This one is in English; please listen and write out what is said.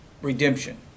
redemption